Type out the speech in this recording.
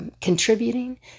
Contributing